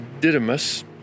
Didymus